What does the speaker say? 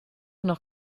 noch